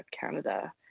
Canada